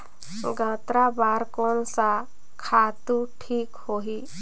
गन्ना बार कोन सा खातु ठीक होही?